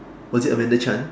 we will get Amanda Chan